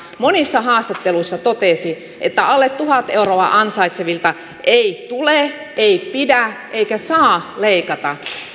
monissa haastatteluissa totesi että alle tuhat euroa ansaitsevilta ei tule ei pidä eikä saa leikata